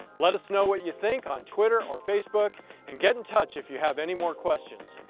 let us know what you think on twitter or facebook and get in touch if you have any more questions.